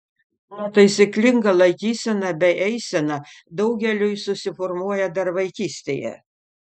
netaisyklinga laikysena bei eisena daugeliui susiformuoja dar vaikystėje